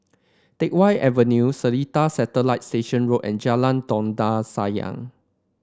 Teck Whye Avenue Seletar Satellite Station Road and Jalan Dondang Sayang